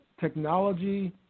technology